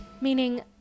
Meaning